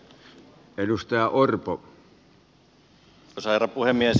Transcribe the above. arvoisa herra puhemies